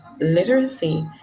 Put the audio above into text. literacy